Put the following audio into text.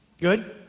Good